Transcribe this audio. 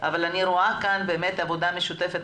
אבל אני רואה כאן באמת עבודה משותפת,